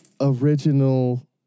original